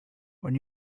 when